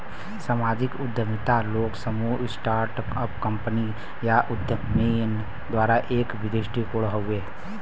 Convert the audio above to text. सामाजिक उद्यमिता लोग, समूह, स्टार्ट अप कंपनी या उद्यमियन द्वारा एक दृष्टिकोण हउवे